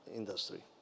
industry